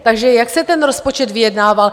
Takže jak se ten rozpočet vyjednával?